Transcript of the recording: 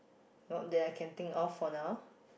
not that I can think of for now